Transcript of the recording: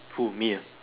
who me ah